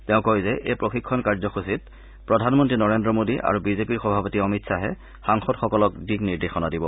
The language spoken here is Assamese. তেওঁ কয় যে এই প্ৰশিক্ষণ কাৰ্যসূচীত প্ৰধানমন্ত্ৰী নৰেন্দ্ৰ মোডী আৰু বিজেপিৰ সভাপতি অমিত শ্বাহে সাংসদসকলক দিক্ নিৰ্দেশনা দিব